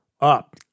up